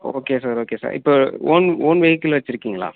okay sir okay sir இப்போ own own vehicle வச்சிருக்கிங்களா